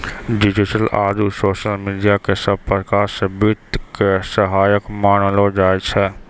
digital आरू social media क सब प्रकार स वित्त के सहायक मानलो जाय छै